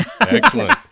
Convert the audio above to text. excellent